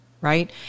right